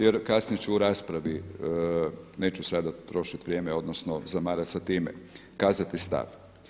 Jer kasnije ću u raspravi, neću sada trošiti vrijeme odnosno zamarati sa time, kazati stav.